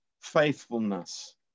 faithfulness